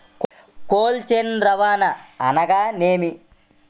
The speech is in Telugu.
కోల్డ్ చైన్ రవాణా అనగా నేమి?